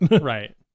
Right